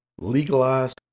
legalized